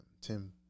Tim